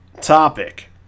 topic